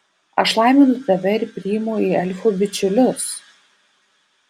aš laiminu tave ir priimu į elfų bičiulius